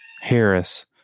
Harris